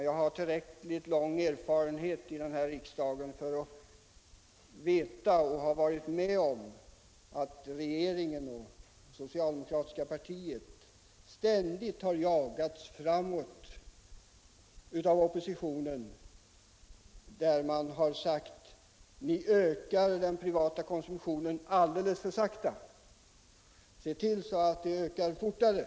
Jag har tillräckligt lång erfarenhet från denna riksdag för att veta att regeringen och det socialdemokratiska partiet ständigt jagas av oppositionen, som säger att vi ökar den privata konsumtionen alldeles för sakta och måste se till att den ökar fortare.